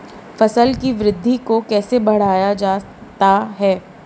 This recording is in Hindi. फसल की वृद्धि को कैसे बढ़ाया जाता हैं?